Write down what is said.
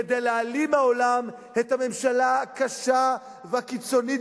כדי להעלים מהעולם את הממשלה הקשה והקיצונית